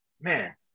man